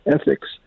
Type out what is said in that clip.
ethics